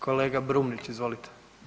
Kolega Brumnić, izvolite.